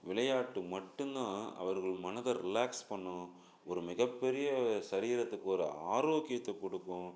விளையாட்டு மட்டும் தான் அவர்கள் மனதை ரிலாக்ஸ் பண்ணும் ஒரு மிகப்பெரிய சரீரத்துக்கு ஒரு ஆரோக்கியத்தைக் கொடுக்கும்